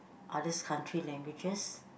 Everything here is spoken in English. others country languages